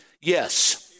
Yes